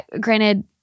granted